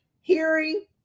hearing